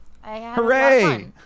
Hooray